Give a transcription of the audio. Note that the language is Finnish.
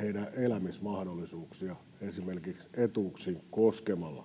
heidän elämismahdollisuuksiaan esimerkiksi etuuksiin koskemalla.